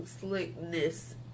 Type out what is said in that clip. slickness